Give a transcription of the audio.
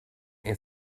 and